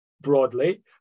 broadly